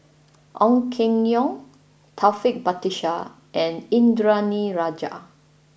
Ong Keng Yong Taufik Batisah and Indranee Rajah